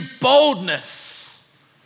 boldness